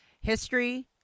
history